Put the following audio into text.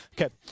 Okay